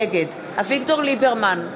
נגד אביגדור ליברמן,